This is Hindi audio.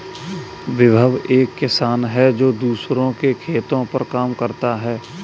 विभव एक किसान है जो दूसरों के खेतो पर काम करता है